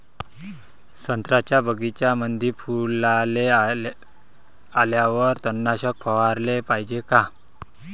संत्र्याच्या बगीच्यामंदी फुलाले आल्यावर तननाशक फवाराले पायजे का?